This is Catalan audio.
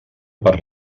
per